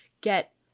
get